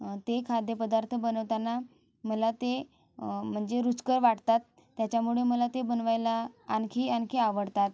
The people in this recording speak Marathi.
ते खाद्यपदार्थ बनवताना मला ते म्हणजे रुचकर वाटतात त्याच्यामुळे मला ते बनवायला आणखी आणखी आवडतात